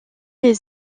les